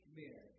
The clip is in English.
men